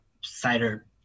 Cider